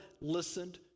listened